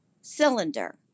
cylinder